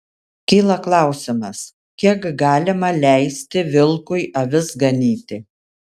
kyla klausimas kiek galima leisti vilkui avis ganyti